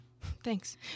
Thanks